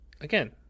Again